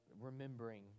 remembering